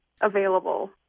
available